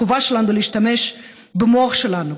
החובה שלנו היא להשתמש במוח שלנו,